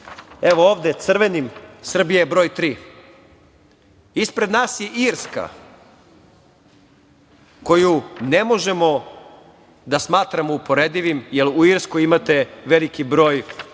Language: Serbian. Evo ovde crvenim, Srbija je broj tri. Ispred nas je Irska koju ne možemo da smatramo uporedivom, jer u Irskoj imate veliki broj